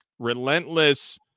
Relentless